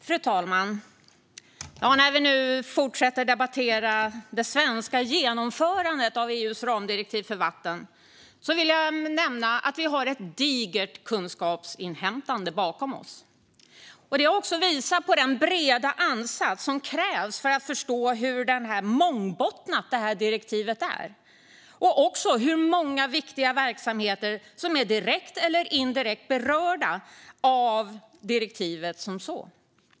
Fru talman! När vi nu fortsätter debattera det svenska genomförandet av EU:s ramdirektiv för vatten vill jag nämna att vi har ett digert kunskapsinhämtande bakom oss. Det har visat på den breda ansats som krävs för att förstå hur mångbottnat direktivet är och hur många viktiga verksamheter som är direkt eller indirekt berörda av direktivet.